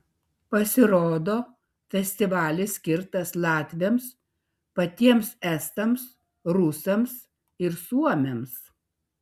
pasirodo festivalis skirtas latviams patiems estams rusams ir suomiams